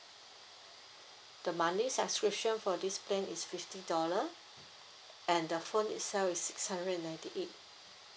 the monthly subscription for this plan is fifty dollar and the phone itself is six hundred and ninety eight